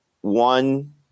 one